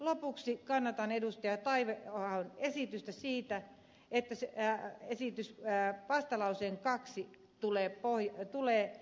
lopuksi kannatan edusti vain omaa käsitystä siitä esittää esitys pää vartaloihin karsii tulee ohi ja ed